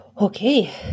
Okay